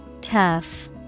Tough